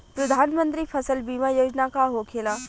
प्रधानमंत्री फसल बीमा योजना का होखेला?